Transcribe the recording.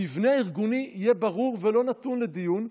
המבנה הארגוני יהיה ברור ולא נתון לדיון.